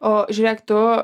o žiūrėk tu